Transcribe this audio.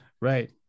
Right